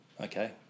Okay